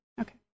okay